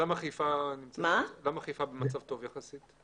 אז למה חיפה במצב טוב יחסית?